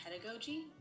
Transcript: pedagogy